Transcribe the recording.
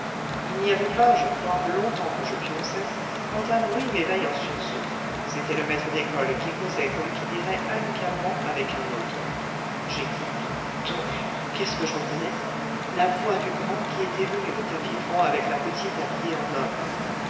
il n'y avait pas je crois longtemps que je pionçais quand un bruit m'éveille en sursaut c'était le maître d'école qui causait comme qui dirait amicalement avec un autre j'écoute tonnerre qu'est-ce que je reconnais la voix du grand qui était venu au tapis franc avec la petite habillée en homme